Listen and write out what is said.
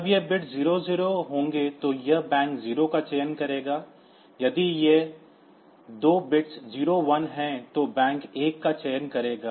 जब ये बिट्स 00 होंगे तो यह बैंक 0 का चयन करेगा यदि ये 2 बिट्स 01 हैं तो बैंक 1 का चयन करेगा